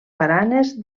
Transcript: baranes